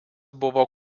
buvo